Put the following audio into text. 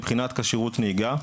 מבחינת כשירות נהיגה,